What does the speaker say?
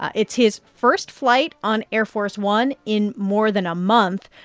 it's his first flight on air force one in more than a month.